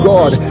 God